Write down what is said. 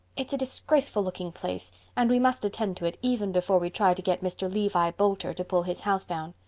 it's a disgraceful looking place and we must attend to it even before we try to get mr. levi boulder to pull his house down.